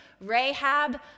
Rahab